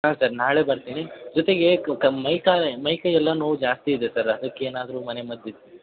ಹಾಂ ಸರ್ ನಾಳೆ ಬರ್ತೀನಿ ಜೊತೆಗೆ ಮೈ ಕೈ ಎಲ್ಲ ನೋವು ಜಾಸ್ತಿ ಇದೆ ಸರ್ ಅದಕ್ಕೇದರೂ ಮನೆ ಮದ್ದು ಇದು